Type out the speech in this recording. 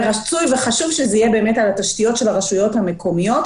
רצוי וחשוב שזה יהיה על התשתיות של הרשויות המקומיות,